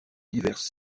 diverses